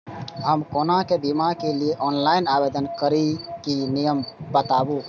हम कोनो बीमा के लिए ऑनलाइन आवेदन करीके नियम बाताबू?